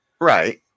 Right